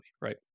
right